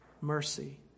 Mercy